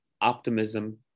optimism